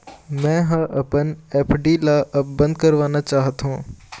मै ह अपन एफ.डी ला अब बंद करवाना चाहथों